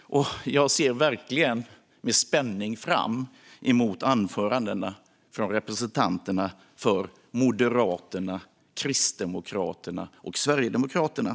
och jag ser verkligen med spänning fram emot anförandena från representanterna för Moderaterna, Kristdemokraterna och Sverigedemokraterna.